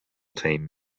team